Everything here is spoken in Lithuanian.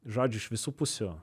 žodžiu iš visų pusių